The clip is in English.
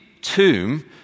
tomb